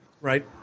right